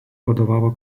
vadovavo